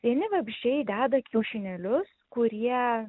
vieni vabzdžiai deda kiaušinėlius kurie